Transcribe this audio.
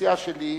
חציה שלי,